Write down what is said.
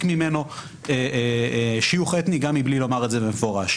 ממנו שיוך אתני גם מבלי לומר את זה במפורש.